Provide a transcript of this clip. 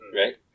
right